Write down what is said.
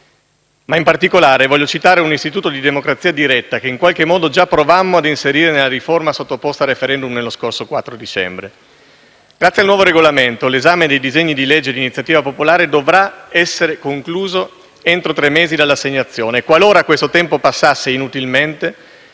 In particolare vorrei però citare un istituto di democrazia diretta che in qualche modo già provammo ad inserire nella riforma sottoposta a *referendum* lo scorso 4 dicembre. Grazie al nuovo Regolamento, l'esame dei disegni di legge d'iniziativa popolare dovrà essere concluso entro tre mesi dall'assegnazione e qualora questo tempo passasse inutilmente